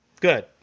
Good